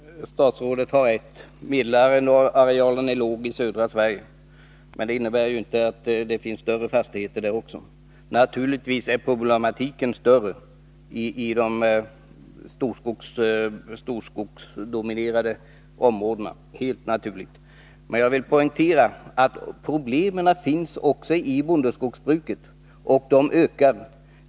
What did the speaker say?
Herr talman! Statsrådet har rätt — medelarealen är låg i södra Sverige. Men det innebär inte att det inte finns större skogsfastigheter också där. Helt naturligt är problematiken större i de storskogsdominerade områdena, men jag vill poängtera att problemen också finns i bondeskogsbruket. Och problemen ökar.